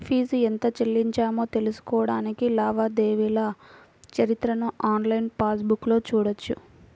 fee ఎంత చెల్లించామో తెలుసుకోడానికి లావాదేవీల చరిత్రను ఆన్లైన్ పాస్ బుక్లో చూడొచ్చు